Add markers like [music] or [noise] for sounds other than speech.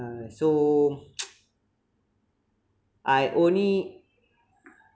uh so [noise] I only